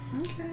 Okay